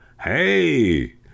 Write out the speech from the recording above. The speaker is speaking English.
hey